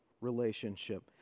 relationship